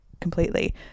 completely